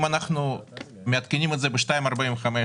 אם אנחנו מעדכנים את זה ב-2.45%,